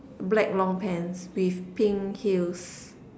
black long pants with pink heels